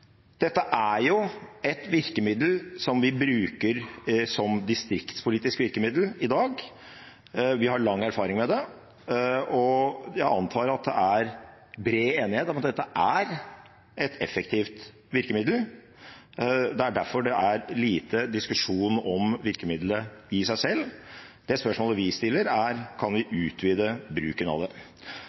og jeg antar at det er bred enighet om at det er et effektivt virkemiddel. Det er derfor det er lite diskusjon om virkemiddelet i seg selv. Det spørsmålet vi stiller, er: Kan vi utvide bruken av det?